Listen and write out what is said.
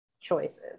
choices